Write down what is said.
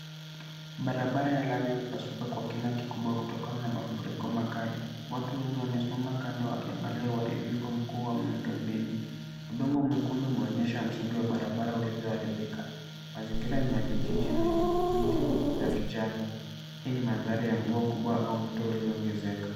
Barabara ya lami imepasuka kwa kina kikubwa kutokana na mafuriko makali. Watu wengi wamesimama kando wakiangalia uharibifu mkuu wa miundombinu. Udongo mwekundu umeonyesha msingi wa barabara ulivyoharibika. Mazingira ni ya vijiji vyenye miti za kijani. Hii ni mandhari ya mvua kubwa au mto ulioongezeka.